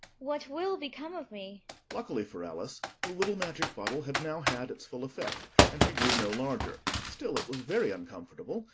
what will become of me luckily for alice, the little magic bottle had now had its full effect, and she grew no larger still it was very uncomfortable,